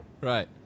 Right